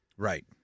Right